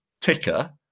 ticker